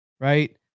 right